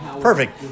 perfect